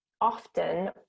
often